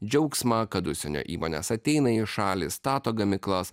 džiaugsmą kad užsienio įmonės ateina į šalį stato gamyklas